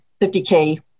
50k